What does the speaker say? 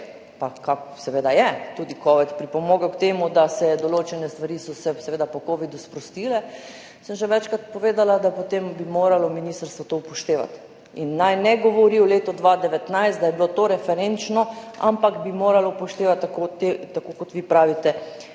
pa seveda je, tudi covid pripomogel k temu, da so se določene stvari po covidu sprostile, sem že večkrat povedala, da bi potem moralo ministrstvo to upoštevati, in naj ne govori o letu 2019, da je bilo to referenčno, ampak bi moralo upoštevati, tako kot vi pravite,